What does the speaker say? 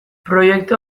proiektu